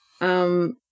Um-